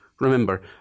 remember